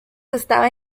estaba